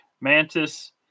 Mantis